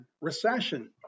recession